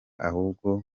ahubwo